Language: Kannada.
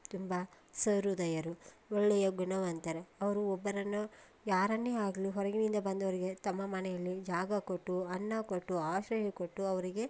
ತುಂಬ ಸಹೃದಯರು ಒಳ್ಳೆಯ ಗುಣವಂತರು ಅವರು ಒಬ್ಬರನ್ನು ಯಾರನ್ನೇ ಆಗಲಿ ಹೊರಗಿನಿಂದ ಬಂದವರಿಗೆ ತಮ್ಮ ಮನೆಯಲ್ಲಿ ಜಾಗ ಕೊಟ್ಟು ಅನ್ನ ಕೊಟ್ಟು ಆಶ್ರಯ ಕೊಟ್ಟು ಅವರಿಗೆ